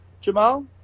Jamal